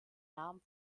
namen